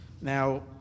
Now